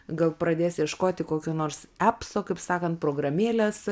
gal pradės ieškoti kokio nors apso kaip sakant programėlės